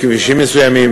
בכבישים מסוימים,